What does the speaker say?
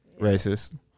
racist